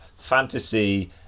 fantasy